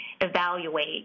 evaluate